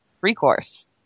recourse